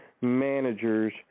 managers